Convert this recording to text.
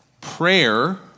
Prayer